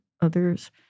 others